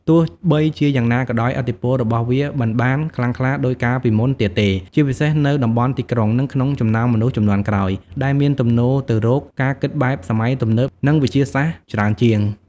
ទោះបីជាយ៉ាងណាក៏ដោយ ឥទ្ធិពលរបស់វាមិនបានខ្លាំងក្លាដូចកាលពីមុនទៀតទេ ជាពិសេសនៅតំបន់ទីក្រុង និងក្នុងចំណោមមនុស្សជំនាន់ក្រោយ ដែលមានទំនោរទៅរកការគិតបែបសម័យទំនើប និងវិទ្យាសាស្ត្រច្រើនជាង។